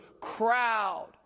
crowd